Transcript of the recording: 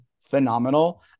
phenomenal